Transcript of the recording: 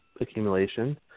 accumulation